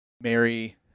Mary